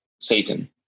satan